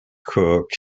cooke